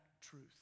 truth